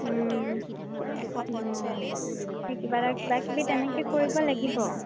অঁ সেই কিবা এটা কিবাকিবি তেনেকৈ কৰিব লাগিব